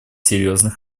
серьезный